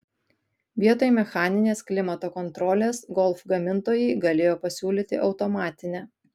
vietoj mechaninės klimato kontrolės golf gamintojai galėjo pasiūlyti automatinę